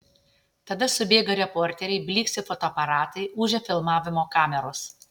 tada subėga reporteriai blyksi fotoaparatai ūžia filmavimo kameros